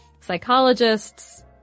psychologists